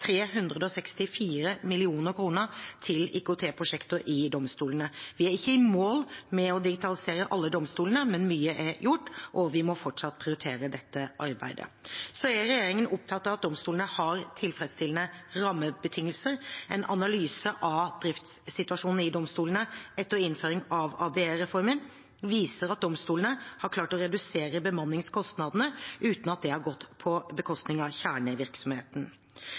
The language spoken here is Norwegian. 364 mill. kroner til IKT-prosjekter i domstolene. Vi er ikke i mål med å digitalisere alle domstolene, men mye er gjort, og vi må fortsatt prioritere dette arbeidet. Regjeringen er opptatt av at domstolene har tilfredsstillende rammebetingelser. En analyse av driftssituasjonen i domstolene etter innføring av ABE-reformen viser at domstolene har klart å redusere bemanningskostnadene uten at det har gått på bekostning av kjernevirksomheten.